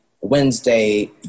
Wednesday